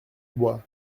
bois